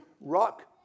rock